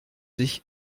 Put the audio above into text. sich